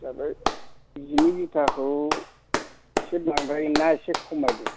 जाबाय जिनि जुथाखौ एसे बांद्रायोना एसे खमायदो